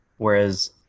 Whereas